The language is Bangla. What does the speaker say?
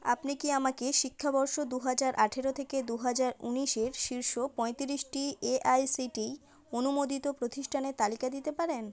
আপনি কি আমাকে শিক্ষাবর্ষ দু হাজার আঠারো থেকে দু হাজার উনিশের শীর্ষ পঁয়ত্রিশটি এআইসিটিই অনুমোদিত প্রতিষ্ঠানের তালিকা দিতে পারেন